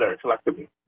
collectively